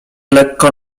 lekko